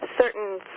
certain